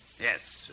Yes